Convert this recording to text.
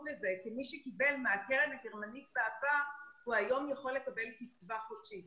לזה כי מי שקיבל מהקרן הגרמנית בעבר יכול היום לקבל קצבה חודשית